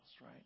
right